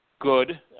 good